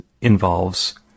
involves